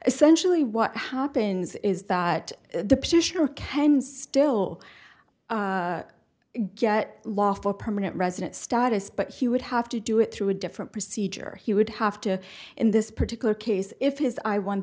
essentially what happens is that the petitioner can still get lawful permanent resident status but he would have to do it through a different procedure he would have to in this particular case if his i one